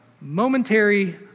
momentary